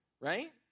right